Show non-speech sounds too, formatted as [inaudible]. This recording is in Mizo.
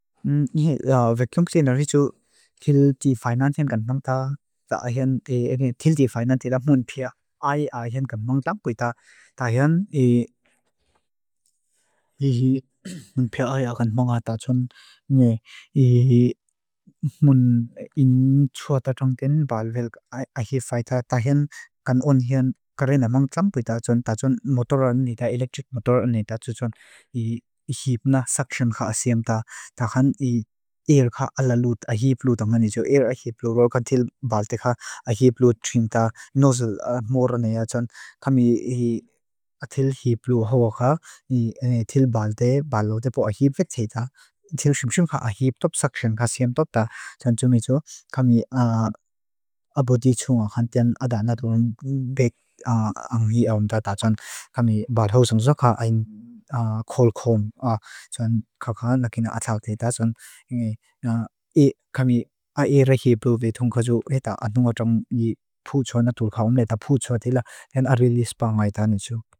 Veklunkti nar hitu thildi fainansin kan mangta, thildi fainansin mun pia'ai a hian kan mangta. Tahian [hesitation] mun pia'ai a kan mangta tachun [hesitation] mun in tsua tachungten bal velk a hi fayta. Tahian kan on hian kare na mangta tachun, tachun motoran ni ta, electric motoran ni tachuchun, hiip na saksion ka asim ta, tahan hi air ka alaluut a hiip luut angani tsua air a hiip luut, rok a thild balte ka a hiip luut tsuim ta, nozzle motoran ni a chun. Kami [hesitation] a thild hiip luut hawak a, a thild balte bal luut, epo a hiip vek tseita, thild tsumtsum ka a hiip top saksion ka asim top ta, tachun tsume tsua kami [hesitation] abodi tsunga khan tian adana durun bek anghi awam ta tachun, kami bat hausang tsuka a hiin kol khom a, tsun kakan lakina atau tita, tsun [hesitation] kami a hiip luut vek thunga tsuu, eta a thunga tunga ni phu tsua na tulka awam leita phu tsua tila, tian a release pa ngai tani tsuu.